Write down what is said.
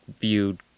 viewed